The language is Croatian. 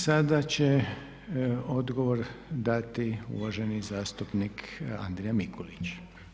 Sada će odgovor dati uvaženi zastupnik Andrija Mikulić.